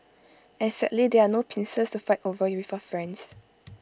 and sadly there are no pincers to fight over with your friends